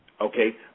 okay